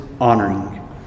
honoring